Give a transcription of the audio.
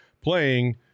playing